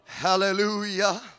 Hallelujah